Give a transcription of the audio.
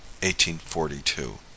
1842